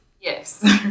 Yes